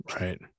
right